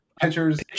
pitchers